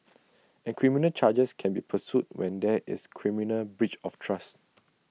and criminal charges can be pursued when there is criminal breach of trust